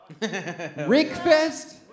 Rickfest